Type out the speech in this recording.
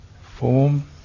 form